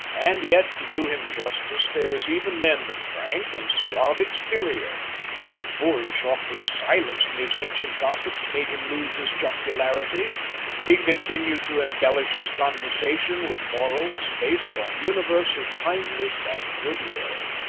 and yet, to do him justice, there was even then the frank and suave exterior no boorish awkward silence in his ancient gossips made him lose his jocularity he continued to embellish his conversation with morals based on universal kindness and goodwill.